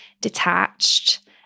detached